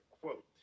Quote